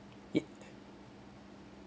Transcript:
it